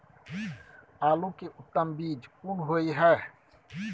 आलू के उत्तम बीज कोन होय है?